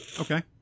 Okay